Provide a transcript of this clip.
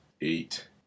eight